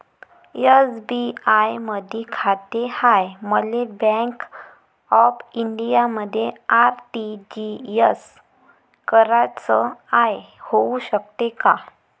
SBI मधी खाते हाय, मले बँक ऑफ इंडियामध्ये आर.टी.जी.एस कराच हाय, होऊ शकते का?